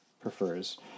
prefers